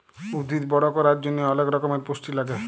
উদ্ভিদ বড় ক্যরার জন্হে অলেক রক্যমের পুষ্টি লাগে